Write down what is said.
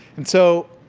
and so,